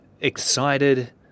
excited